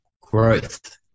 growth